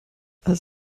als